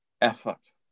effort